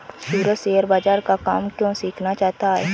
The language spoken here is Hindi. सूरज शेयर बाजार का काम क्यों सीखना चाहता है?